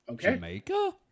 Jamaica